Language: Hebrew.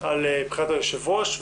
על בחירת היושב-ראש,